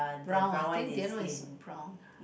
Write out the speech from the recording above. brown I think the other one is brown